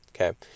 okay